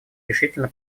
решительно